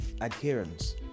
adherence